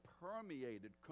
permeated